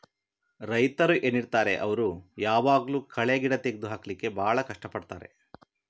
ರೈತರು ಏನಿರ್ತಾರೆ ಅವ್ರು ಯಾವಾಗ್ಲೂ ಕಳೆ ಗಿಡ ತೆಗ್ದು ಹಾಕ್ಲಿಕ್ಕೆ ಭಾಳ ಕಷ್ಟ ಪಡ್ತಾರೆ